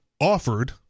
offered